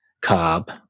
cob